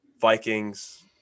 Vikings